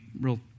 real